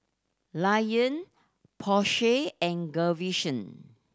Lion Porsche and